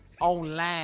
online